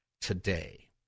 today